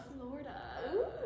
Florida